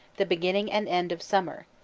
the beginning and end of summer,